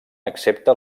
accepta